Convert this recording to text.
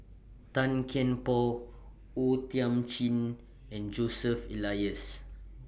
Tan Kian Por O Thiam Chin and Joseph Elias